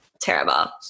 terrible